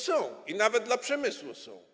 Są, nawet dla przemysłu są.